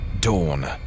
Dawn